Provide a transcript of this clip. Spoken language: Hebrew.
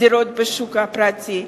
דירות בשוק הפרטי,